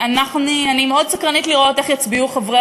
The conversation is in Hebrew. אני מאוד סקרנית לראות איך יצביעו חברי